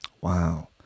Wow